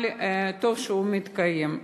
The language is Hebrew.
אבל טוב שהוא מתקיים.